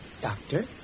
doctor